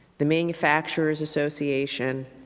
the manufacturers association,